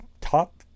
top